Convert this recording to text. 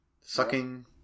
sucking